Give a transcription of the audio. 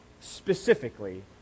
specifically